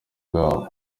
bwabo